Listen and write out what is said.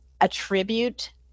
attribute